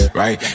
right